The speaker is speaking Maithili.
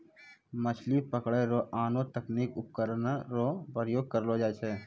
मछली पकड़ै रो आनो तकनीकी उपकरण रो प्रयोग करलो जाय छै